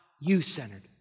you-centered